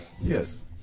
Yes